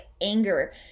anger